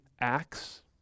acts